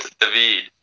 David